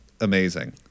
amazing